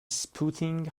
spouting